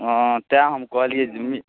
ओ तेँ हम कहलिए जे